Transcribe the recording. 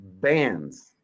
bands